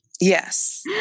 Yes